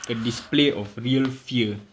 a display of real fear